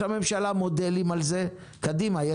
אני